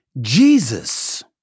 Jesus